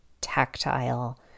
tactile